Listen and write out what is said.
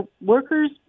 workers